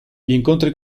incontri